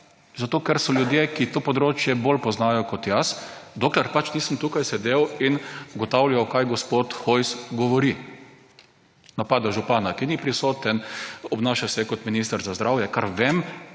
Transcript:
zato ker so ljudje, ki to področje bolj poznajo kot jaz, dokler pač nisem tukaj sedel in ugotavljal, kaj gospod Hojs govori: napada župana, ki ni prisoten, obnaša se kot minister za zdravje, kar vem,